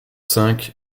cinq